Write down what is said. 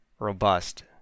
Robust